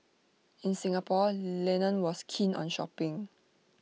in Singapore Lennon was keen on shopping